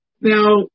Now